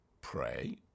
pray